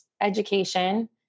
education